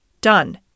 Done